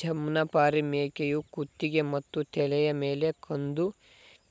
ಜಮ್ನಾಪರಿ ಮೇಕೆಯು ಕುತ್ತಿಗೆ ಮತ್ತು ತಲೆಯ ಮೇಲೆ ಕಂದು